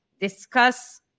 discuss